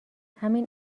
همین